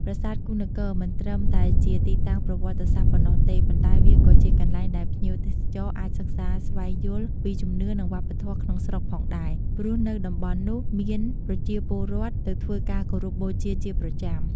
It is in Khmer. ប្រាសាទគូហ៍នគរមិនត្រឹមតែជាទីតាំងប្រវត្តិសាស្ត្រប៉ុណ្ណោះទេ ប៉ុន្តែវាក៏ជាកន្លែងដែលភ្ញៀវទេសចរអាចសិក្សាស្វែងយល់ពីជំនឿនិងវប្បធម៌ក្នុងស្រុកផងដែរ ព្រោះនៅតំបន់នោះមានប្រជាពលរដ្ឋទៅធ្វើការគោរពបូជាជាប្រចាំ។